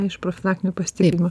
iš profilaktinių pasitikrinimų